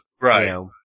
Right